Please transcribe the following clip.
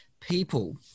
people